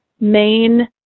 main